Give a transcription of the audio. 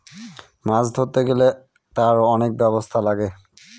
মাছ ধরতে গেলে তার অনেক ব্যবস্থা লাগে